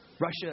Russia